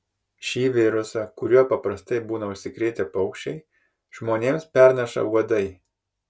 šį virusą kuriuo paprastai būna užsikrėtę paukščiai žmonėms perneša uodai